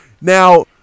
Now